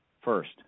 First